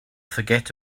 forget